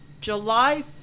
July